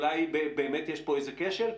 אולי באמת יש פה איזה כשל?